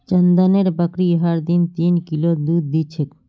चंदनेर बकरी हर दिन तीन किलो दूध दी छेक